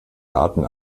daten